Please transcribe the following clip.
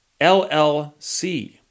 LLC